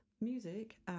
music